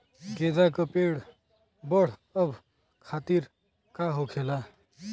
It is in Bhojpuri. गेंदा का पेड़ बढ़अब खातिर का होखेला?